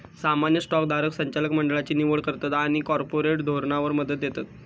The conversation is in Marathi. सामान्य स्टॉक धारक संचालक मंडळची निवड करतत आणि कॉर्पोरेट धोरणावर मत देतत